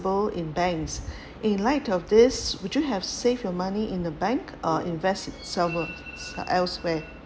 in banks in light of this would you have saved your money in the bank or invest elsewhere